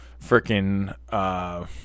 freaking